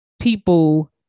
people